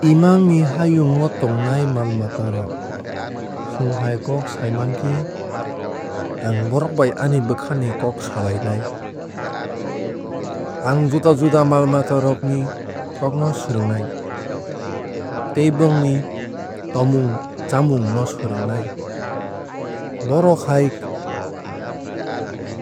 Imang ni hayung o tongnai mal mata rok chwng hai kok saiman khe ang bohrok bai ani bwkha ni kok salainai. Ang juda juda mal mata rokni kok no swrwngnai tei bongni tomung chamung no swrwngnai. Bohrok hai